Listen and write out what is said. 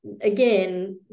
again